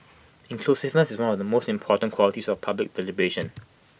inclusiveness is one of the most important qualities of public deliberation